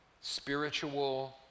spiritual